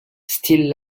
still